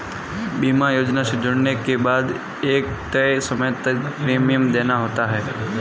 बीमा योजना से जुड़ने के बाद एक तय समय तक प्रीमियम देना होता है